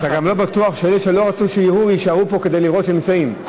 אתה גם לא בטוח שאלה שלא רצו לראות יישארו פה כדי לראות שהם נמצאים.